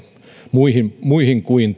muihin muihin kuin